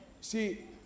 See